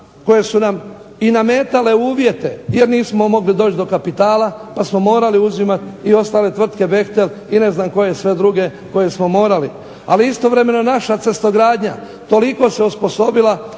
koje su nam i nametale uvjete jer nismo mogli doći do kapitala, pa smo morali uzimati i ostale tvrtke "Behtel" i ne znam koje sve druge koje smo morali. Ali istovremeno naša cestogradnja toliko se osposobila